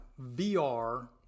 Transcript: VR